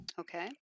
Okay